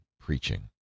preaching